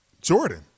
Jordan